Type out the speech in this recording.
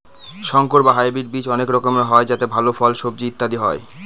সংকর বা হাইব্রিড বীজ অনেক রকমের হয় যাতে ভাল ফল, সবজি ইত্যাদি হয়